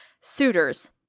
suitors